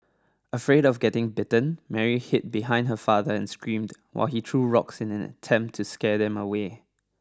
afraid of getting bitten Mary hid behind her father and screamed while he threw rocks in an attempt to scare them away